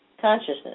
consciousness